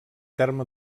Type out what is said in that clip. terme